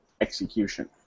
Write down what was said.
execution